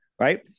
right